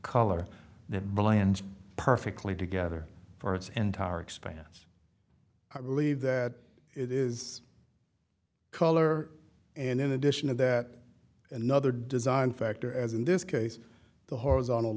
color that blends perfectly together for its entire expanse i believe that it is color and in addition to that another design factor as in this case the horizontal